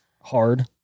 hard